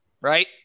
right